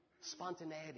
Spontaneity